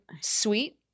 sweet